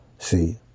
See